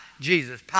Jesus